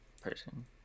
person